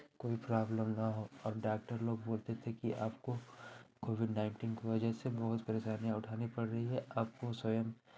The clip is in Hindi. कोई प्रॉब्लेम ना हो और डाक्टर लोग बोलते थे कि आपको कोविड नाइन्टीन की वजह से बहुत परेशानियाँ उठानी पड़ रही हैं आपको स्वयं